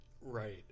Right